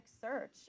search